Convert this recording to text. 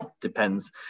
depends